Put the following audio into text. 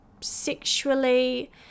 sexually